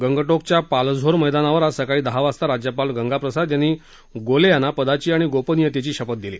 गंग किच्या पालझोर मैदानावर आज सकाळी दहा वाजता राज्यपाल गंगाप्रसाद यांनी गोले यांना पदाची आणि गोपनियतेची शपथ दिली